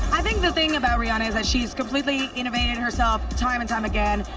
i think the thing about rihanna is that she's completely innovated herself time and time again.